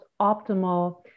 optimal